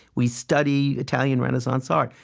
we study italian renaissance art.